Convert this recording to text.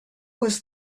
was